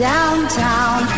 Downtown